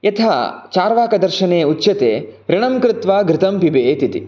यथा चार्वाकदर्शने उच्यते ऋणं कृत्वा घृतं पीबेत् इति